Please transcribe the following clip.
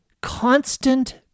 constant